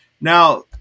Now